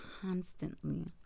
constantly